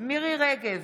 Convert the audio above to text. בהצבעה מירי מרים רגב,